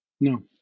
No